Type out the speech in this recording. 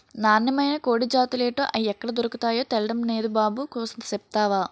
నాన్నమైన కోడి జాతులేటో, అయ్యెక్కడ దొర్కతాయో తెల్డం నేదు బాబు కూసంత సెప్తవా